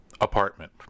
apartment